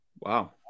Wow